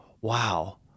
wow